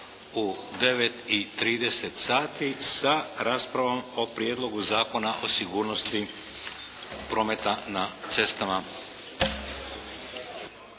u 9 i 30 sati sa raspravom o Prijedlogu zakona o sigurnosti prometa na cestama.